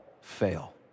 fail